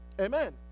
Amen